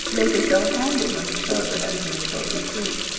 it would be so handy when the children had measles and croup.